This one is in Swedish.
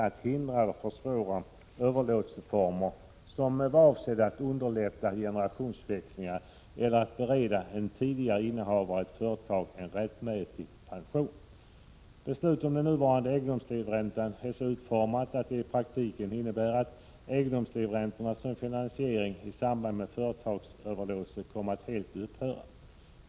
att hindra eller försvåra överlåtelseformer som varit avsedda att underlätta generationsväxlingar eller att bereda en tidigare innehavare av ett företag en rättmätig pension. Nuvarande regler om egendomslivräntor är så utformade att de i praktiken innebär att egendomslivränta som finansiering i samband med företagsöverlåtelser kommit att helt upphöra.